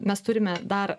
mes turime dar